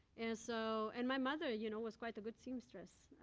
and so and my mother you know was quite a good seamstress.